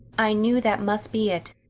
i knew that must be it,